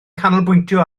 canolbwyntio